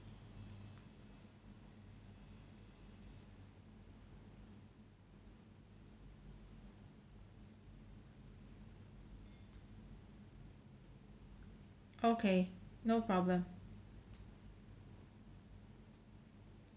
okay no problem